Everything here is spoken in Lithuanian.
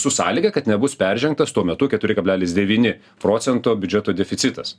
su sąlyga kad nebus peržengtas tuo metu keturi kablelis devyni procento biudžeto deficitas